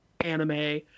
anime